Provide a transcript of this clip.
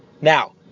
Now